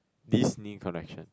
Disney collection